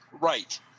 Right